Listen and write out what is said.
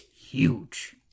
huge